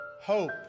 Hope